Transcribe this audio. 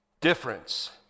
Difference